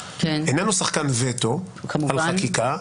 איננו שחקן וטו בחקיקה,